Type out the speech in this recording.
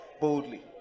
boldly